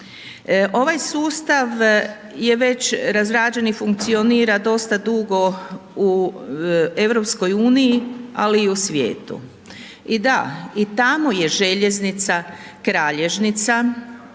Ovaj sustav je već razrađen i funkcionira dugo u EU, ali i u svijetu. I da, i tamo je željeznica kralješnica